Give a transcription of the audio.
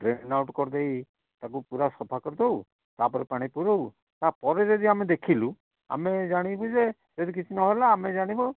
drain out କରିଦେଇ ତାକୁ ପୁରା ସଫା କରିଦେଉ ତା'ପରେ ପାଣି ପୁରଉ ତା'ପରେ ଯଦି ଆମେ ଦେଖିଲୁ ଆମେ ଜାଣିବୁ ଯେ ଯଦି କିଛି ନହେଲା ଆମେ ଜାଣିବୁ